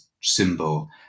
symbol